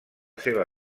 seva